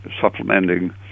supplementing